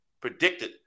predicted